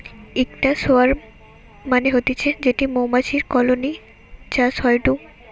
ইকটা সোয়ার্ম মানে হতিছে যেটি মৌমাছির কলোনি চাষ হয়ঢু